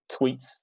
tweets